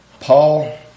Paul